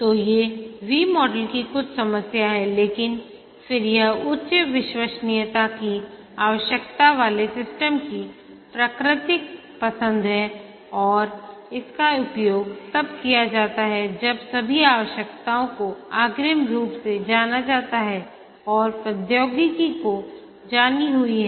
तो ये V model की कुछ समस्याएं हैंलेकिन फिर यह उच्च विश्वसनीयता की आवश्यकता वाले सिस्टम की प्राकृतिक पसंद है और इसका उपयोग तब किया जाता है जब सभी आवश्यकताओं को अग्रिम रूप से जाना जाता है और प्रौद्योगिकी को जानी हुई है